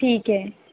ठीक है